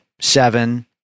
seven